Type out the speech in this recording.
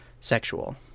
sexual